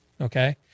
Okay